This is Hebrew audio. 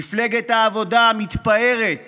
מפלגת העבודה מתפארת